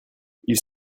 ils